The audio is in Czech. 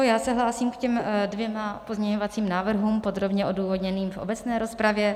Já se hlásím k těm dvěma pozměňovacím návrhům podrobně odůvodněným v obecné rozpravě.